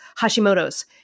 Hashimoto's